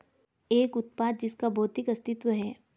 एक उत्पाद जिसका भौतिक अस्तित्व है?